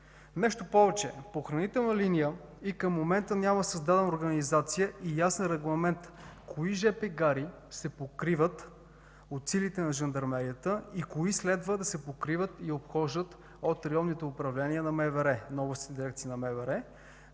Нещо повече, по охранителна линия и към момента няма създадена организация и ясен регламент кои жп гари се покриват от силите на жандармерията и кои следва да се покриват и обхождат от районните управления на МВР, на областните дирекции на МВР,